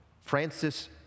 Francis